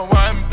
one